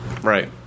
Right